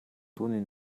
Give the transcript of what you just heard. түүний